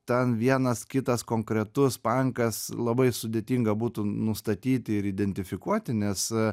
ten vienas kitas konkretus pankas labai sudėtinga būtų nustatyti ir identifikuoti nes